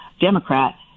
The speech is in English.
Democrat